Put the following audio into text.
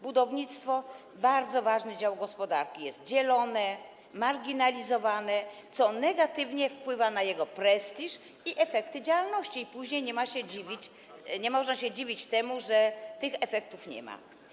Budownictwo, bardzo ważny dział gospodarki, jest dzielone, marginalizowane, co negatywnie wpływa na jego prestiż i efekty działalności, więc później nie można się dziwić temu, że tych efektów nie ma.